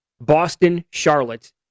Boston-Charlotte